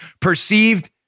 perceived